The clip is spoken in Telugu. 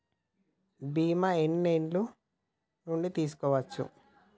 బీమా ఎన్ని ఏండ్ల నుండి తీసుకోవచ్చు?